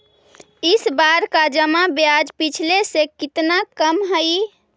इस बार का जमा ब्याज पिछले से कितना कम हइ